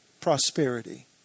prosperity